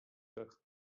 kach